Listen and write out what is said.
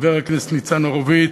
חבר הכנסת ניצן הורוביץ,